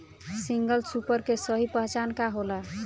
Single super के सही पहचान का होला?